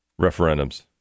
referendums